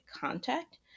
contact